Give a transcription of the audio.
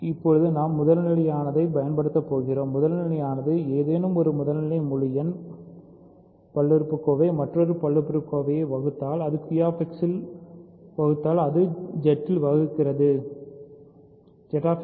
இப்போது நாம் முதல்நிலை தைப் பயன்படுத்தப் போகிறோம்fமுதல்நிலையானது ஏதேனும் முதல்நிலை முழு எண் பாலிமொமியல் மற்றொரு பல்லுறுப்புக்கோவையைப் வகுத்தால் அது QX இல் வகுத்தால் அது Z இல் வகுக்கிறது X